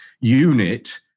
unit